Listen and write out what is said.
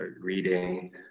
reading